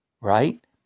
right